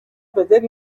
بدل